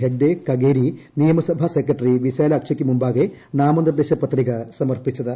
ഹെഗ്ഡെ കഗേരി നിയമസഭാ സെക്രട്ടറി വിശാലാക്ഷിക്ക് മുമ്പാകെ നാമനിർദ്ദേശ പത്രിക സമർപ്പിച്ചത്